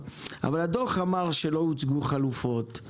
בדוח של הממ"מ נכתב שלא הוצגו חלופות,